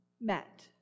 met